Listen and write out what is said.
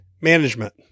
management